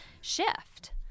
shift